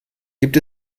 gibt